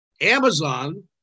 Amazon